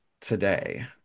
today